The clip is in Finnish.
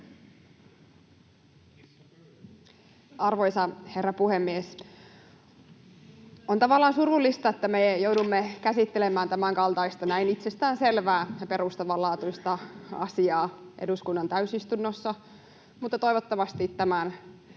Arvoisa herra puhemies! On tavallaan surullista, että me joudumme käsittelemään tämänkaltaista näin itsestäänselvää ja perustavanlaatuista asiaa eduskunnan täysistunnossa, mutta toivottavasti tämän